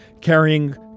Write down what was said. carrying